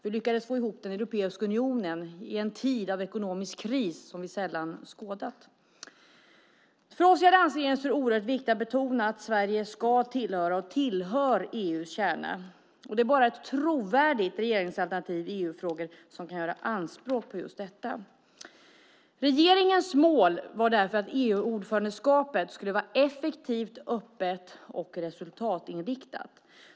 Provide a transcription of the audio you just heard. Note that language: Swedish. Vi lyckades få ihop den europeiska unionen i en tid av ekonomisk kris som vi sällan skådat. För oss i alliansregeringen är det oerhört viktigt att betona att Sverige ska tillhöra och tillhör EU:s kärna. Det är bara ett trovärdigt regeringsalternativ i EU-frågor som kan göra anspråk på detta. Regeringens mål var därför att EU-ordförandeskapet skulle vara effektivt, öppet och resultatinriktat.